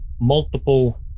multiple